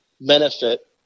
benefit